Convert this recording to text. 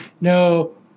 No